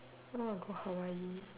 I want to go Hawaii